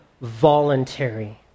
voluntary